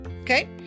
Okay